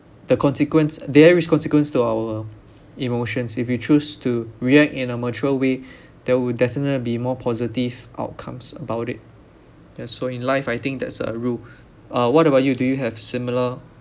the consequence there is consequence to our emotions if you choose to react in a mature way that will definitely be more positive outcomes about it ya so in life I think that's a rule uh what about you do you have similar